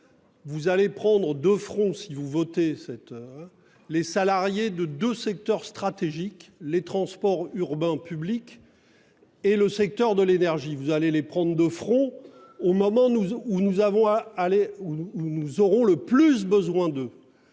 Vous allez prendre de front si vous votez cette. Les salariés de de secteurs stratégiques, les transports urbains public. Et le secteur de l'énergie, vous allez les prendre de front au moment nous où nous avons à aller où nous